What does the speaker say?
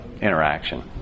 interaction